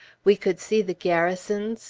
we could see the garrison,